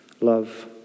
love